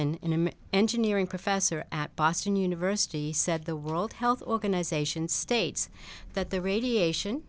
in an engineering professor at boston university said the world health organization states that the radiation